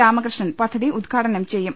രാമകൃഷ്ണൻ പദ്ധതി ഉദ്ഘാടനം ചെയ്യും